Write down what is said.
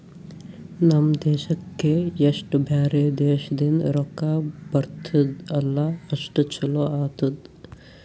ನಮ್ ದೇಶಕ್ಕೆ ಎಸ್ಟ್ ಬ್ಯಾರೆ ದೇಶದಿಂದ್ ರೊಕ್ಕಾ ಬರ್ತುದ್ ಅಲ್ಲಾ ಅಷ್ಟು ಛಲೋ ಆತ್ತುದ್